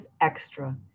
extra